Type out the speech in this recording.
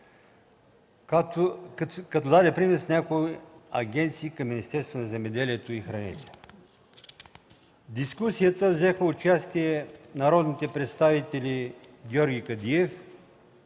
като даде пример с някои агенции към Министерството на земеделието и храните. В дискусията взеха участие народните представители Георги Кадиев,